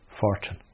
fortune